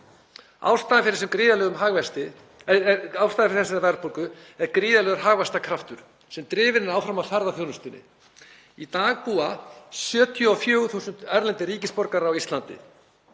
Ástæðan fyrir þessari verðbólgu er gríðarlegur hagvaxtarkraftur sem drifinn er áfram af ferðaþjónustunni. Í dag búa 74.000 erlendir ríkisborgarar á Íslandi,